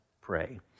pray